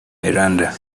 miranda